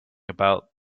about